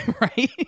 right